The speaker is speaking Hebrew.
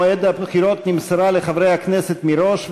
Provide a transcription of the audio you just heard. ההודעה על מועד הבחירות נמסרה לחברי הכנסת מראש,